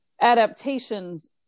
adaptations